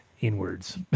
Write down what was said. inwards